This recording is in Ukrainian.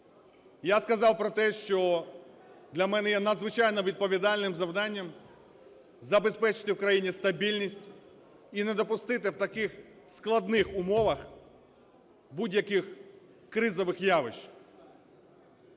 Я сказав про те, що для мене є надзвичайно відповідальним завданням забезпечити в країні стабільність і не допустити в таких складних умовах будь-яких кризових явищ.